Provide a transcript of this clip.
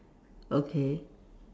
okay